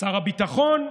ושר הביטחון.